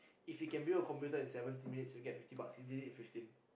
if he can build a computer in seventeen minutes he will get fifty bucks he did it in fifteen